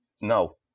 No